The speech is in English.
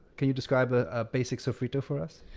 can you describe a basic sofrito for us?